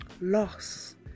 loss